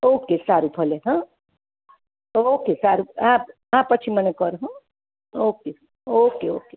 okay સારું ભલે હો ઓકે સારું હા હા પછી મને કર હો ઓકે ઓકે ઓકે